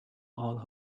all